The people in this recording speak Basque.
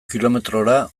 kilometrora